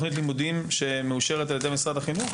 תוכנית לימודים שמאושרת על ידי משרד החינוך?